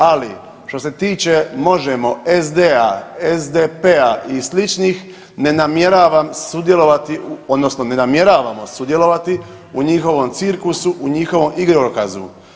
Ali što se tiče Možemo!, SD, SDP-a i sličnih ne namjeravam sudjelovati odnosno ne namjeravamo sudjelovati u njihovom cirkusu i u njihovom igrokazu.